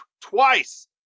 twice